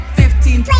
fifteen